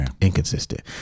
inconsistent